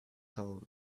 soul